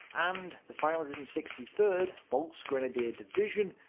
and the five hundred and sixty third volksgrenadier division,